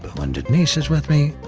when denise is with me,